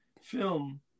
film